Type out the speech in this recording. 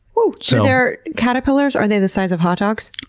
so their caterpillars, are they the size of hotdogs?